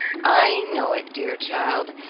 i know it, dear child,